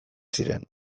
ziren